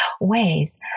ways